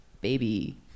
baby